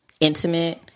intimate